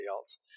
else